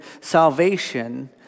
salvation